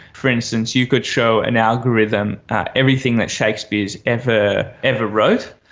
for instance, you could show an algorithm everything that shakespeare has ever ever wrote,